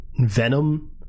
Venom